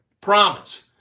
Promise